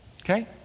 okay